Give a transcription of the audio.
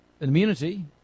immunity